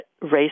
race